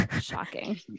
Shocking